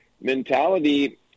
mentality